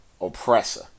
oppressor